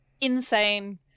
insane